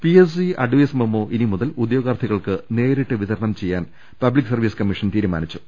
PSC advice memo ഇനി മുതൽ ഉദ്യോഗാർത്ഥി കൾക്ക് നേരിട്ട് വിതരണം ചെയ്യാൻ പബ്ലിക് കമ്മീഷൻ തീരുമാനി ച്ചു